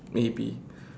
maybe